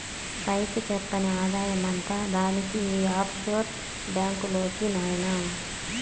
పైకి చెప్పని ఆదాయమంతా దానిది ఈ ఆఫ్షోర్ బాంక్ లోనే నాయినా